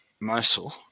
Mosul